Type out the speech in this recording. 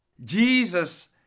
Jesus